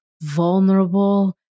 vulnerable